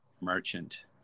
Merchant